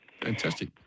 Fantastic